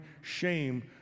shame